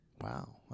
Wow